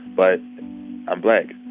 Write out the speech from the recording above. but i'm black